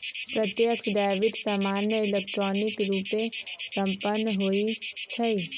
प्रत्यक्ष डेबिट सामान्य इलेक्ट्रॉनिक रूपे संपन्न होइ छइ